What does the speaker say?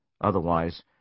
Otherwise